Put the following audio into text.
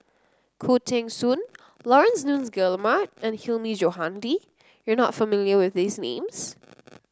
Khoo Teng Soon Laurence Nunns Guillemard and Hilmi Johandi you are not familiar with these names